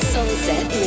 Sunset